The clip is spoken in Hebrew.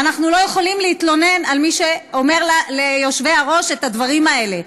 ואנחנו לא יכולים להתלונן על מי שאומר ליושבי-ראש את הדברים האלה,